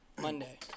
Monday